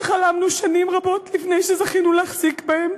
שחלמנו שנים רבות לפני שזכינו להחזיק בהם: